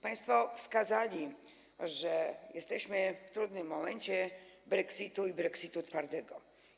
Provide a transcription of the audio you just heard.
Państwo wskazali, że jesteśmy w trudnym momencie brexitu, brexitu twardego.